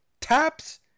taps